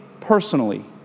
personally